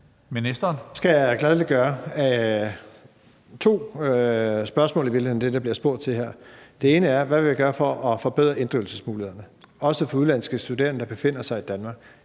til her. Det ene er, hvad jeg vil gøre for at forbedre inddrivelsesmulighederne, også for udenlandske studerende, der befinder sig i Danmark.